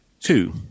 Two